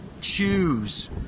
choose